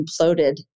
imploded